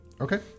Okay